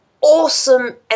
awesome